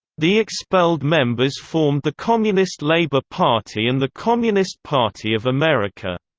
the expelled members formed the communist labor party and the communist party of america.